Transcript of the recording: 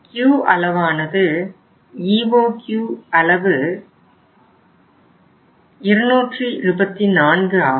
Q அளவானது EOQ அளவு 224 ஆகும்